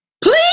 please